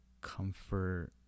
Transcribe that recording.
comfort